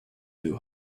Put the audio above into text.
new